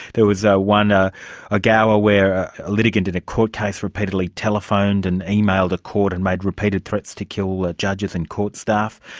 there was ah one, ah ogawa, where a litigant in a court case repeatedly telephoned and emailed a court and made repeated threats to kill ah judges and court staff.